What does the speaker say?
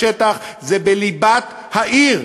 זה בליבת העיר.